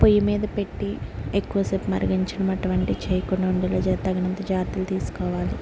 పొయ్యి మీద పెట్టి ఎక్కువ సేపు మరిగించినటువంటి చేయకుండా ఉండేలా తగినంత జాగ్రత్తలు తీసుకోవాలి